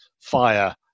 fire